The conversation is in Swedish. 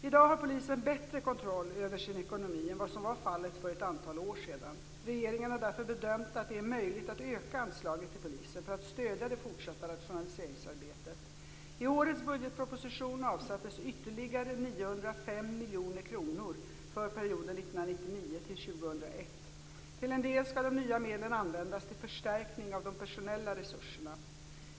I dag har polisen bättre kontroll över sin ekonomi än vad som var fallet för ett antal år sedan. Regeringen har därför bedömt att det är möjligt att öka anslaget till polisen för att stödja det fortsatta rationaliseringsarbetet. I årets budgetproposition avsattes ytterligare 905 miljoner kronor för perioden 1999-2001. Till en del skall de nya medlen användas till förstärkning av de personella resurserna.